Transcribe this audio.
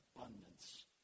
abundance